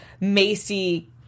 Macy